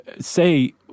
Say